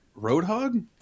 Roadhog